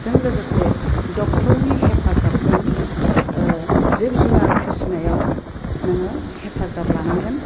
जों लोगोसे डक्टरनि हेफाजाबजों जिब जुनार फिसिनायाव नोङो हेफाजाब लानांगोन